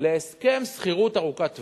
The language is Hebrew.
להסכם שכירות ארוכת טווח.